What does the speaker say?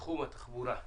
בתחום התחבורה)